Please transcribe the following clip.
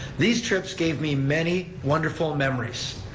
these trips gave me many wonderful memories.